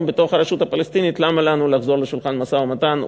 בתוך הרשות הפלסטינית: למה לנו לחזור לשולחן המשא-ומתן?